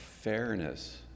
fairness